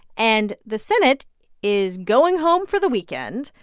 and the senate is going home for the weekend.